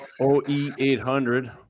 OE800